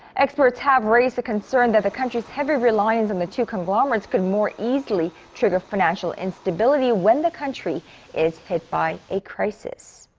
experts have raised the concern that the country's heavy reliance on and the two conglomerates could more easily trigger financial instability when the country is hit by a crisis.